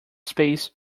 space